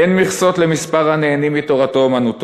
אין מכסות למספר הנהנים מתורתו-אומנותו,